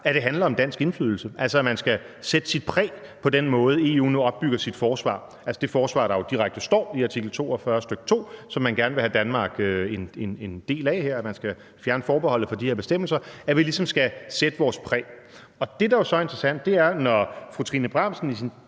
at det handler om dansk indflydelse, altså at man skal sætte sit præg på den måde, EU nu opbygger sit forsvar på, altså det forsvar – som der jo direkte står i artikel 42, stk. 2 – som man gerne vil have Danmark til at være en del, og at man altså skal fjerne forbeholdet for de her bestemmelser. Vi skal ligesom sætte vores præg. Det, der jo så er interessant, er, at fru Trine Bramsen – i sin